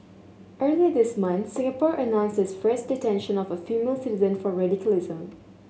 earlier this month Singapore announced its first detention of a female citizen for radicalism